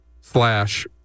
slash